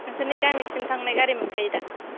नोंसोरनि गामिसिम थांनाय गारि मोनखायो दा